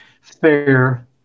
Fair